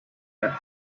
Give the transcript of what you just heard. that